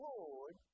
Lord